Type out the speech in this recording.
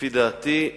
לפי דעתי,